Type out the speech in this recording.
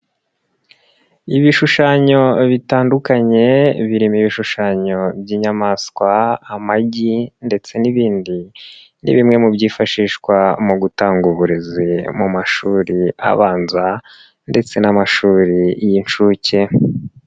Ibishushanyo bitandukanye birimo ibishushanyo by'inyamaswa, amagi ndetse n'ibindi ni bimwe mu byifashishwa mu gutanga uburezi mu mashuri abanza ndetse n'amashuri y'inshuke.